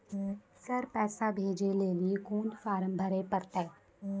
Sir पैसा भेजै लेली कोन फॉर्म भरे परतै?